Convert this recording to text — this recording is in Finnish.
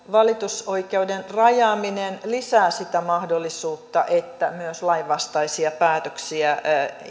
valitusoikeuden rajaaminen lisää sitä mahdollisuutta että myös lainvastaisia päätöksiä